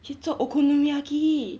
去做 okonomiyaki